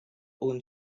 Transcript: own